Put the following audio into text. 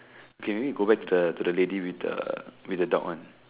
okay maybe we go back to the to the lady with the with the dog one